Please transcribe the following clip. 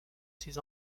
ces